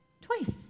twice